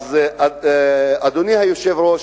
אדוני היושב-ראש,